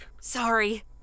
Sorry